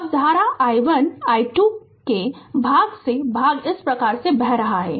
अब धारा i1 i2 के भाग से भाग इस प्रकार बह रहा है